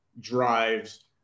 drives